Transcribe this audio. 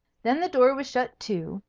then the door was shut to,